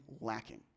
lacking